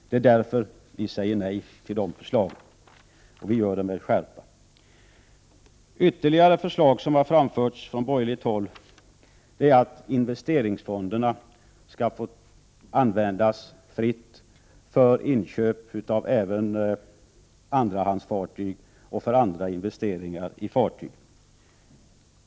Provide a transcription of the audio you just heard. Det är därför vi säger nej till dessa förslag, och vi gör det med skärpa. Ytterligare förslag som har framförts från borgerligt håll är att investeringsfonderna skall få användas fritt för inköp även av andrahandsfartyg och för investeringar i fartyg.